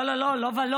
לא, לא, לא, לא ולא.